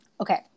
Okay